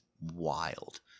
wild